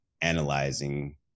analyzing